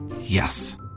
Yes